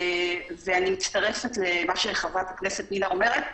אני מצטרפת למה שחברת הכנסת פנינה תמנו אומרת,